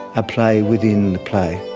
a play within the play.